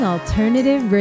Alternative